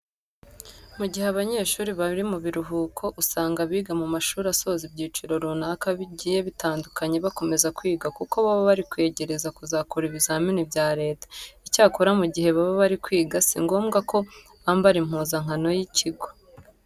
Mu gihe abanyeshuri bari mu biruhuko usanga abiga mu mashuri asoza ibyiciro runaka bigiye bitandukanye bakomeza kwiga kuko baba bari kwegereza kuzakora ibizamini bya leta. Icyakora mu gihe baba bari kwiga si ngombwa ko bambara impuzankano y'ikigo.